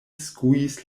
skuis